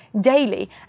daily